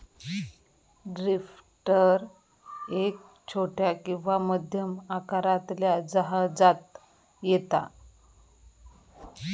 drifter एक छोट्या किंवा मध्यम आकारातल्या जहाजांत येता